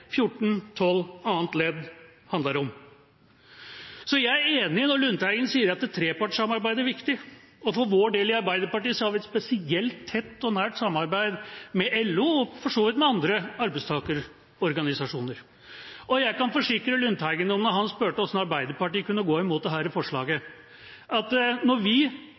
ledd handler om. Så jeg er enig når Lundteigen sier at trepartssamarbeidet er viktig. For vår del i Arbeiderpartiet har vi et spesielt tett og nært samarbeid med LO og for så vidt med andre arbeidstakerorganisasjoner. Jeg kan forsikre Lundteigen om – siden han spurte hvordan Arbeiderpartiet kunne gå imot dette forslaget – at når vi